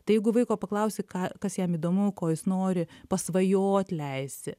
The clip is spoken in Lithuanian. tai jeigu vaiko paklausi ką kas jam įdomu ko jis nori pasvajot leisi